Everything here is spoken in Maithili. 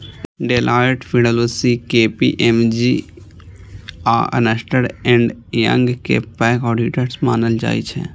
डेलॉएट, पी.डब्ल्यू.सी, के.पी.एम.जी आ अर्न्स्ट एंड यंग कें पैघ ऑडिटर्स मानल जाइ छै